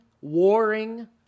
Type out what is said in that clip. warring